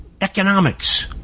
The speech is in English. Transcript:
economics